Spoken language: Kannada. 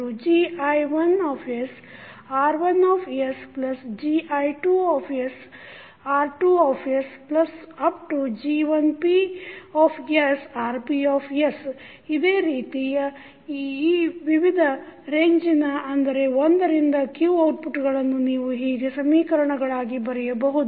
YisGi1sR1sGi2sR2sG1psRps ಈಗ ಅದೇ ರೀತಿಯ ವಿವಿಧ ರೇಂಜಿನ ಅಂದರೆ 1 ರಿಂದ q ಔಟ್ಪುಟ್ಗಳನ್ನು ನೀವು ಹೀಗೆ ಸಮೀಕರಣಗಳಾಗಿ ಬರೆಯಬಹುದು